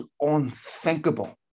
unthinkable